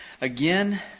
Again